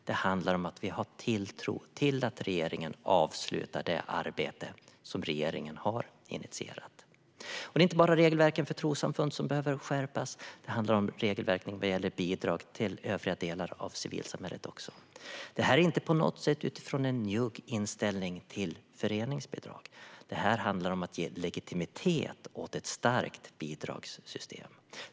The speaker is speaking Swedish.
Det handlar om att vi har tilltro till att regeringen avslutar det arbete som regeringen har initierat. Det är inte bara regelverken för trossamfund som behöver skärpas, utan det handlar också om regelverk vad gäller bidrag till övriga delar av civilsamhället. Det handlar inte om en njugg inställning till föreningsbidrag, utan det handlar om att ge legitimitet åt ett starkt bidragssystem.